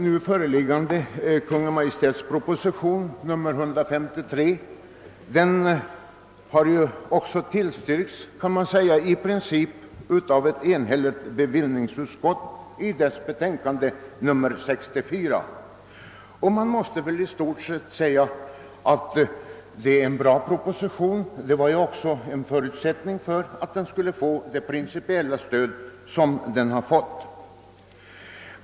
Kungl. Maj:ts föreliggande proposition, nr 153, har ju tillstyrkts i princip av ett enhälligt bevillningsutskott i dess betänkande nr 64. Man kan väl i stort sett säga att det är en bra proposition, vilket ju också var förutsättningen för det principiella stöd som den fått.